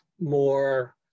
more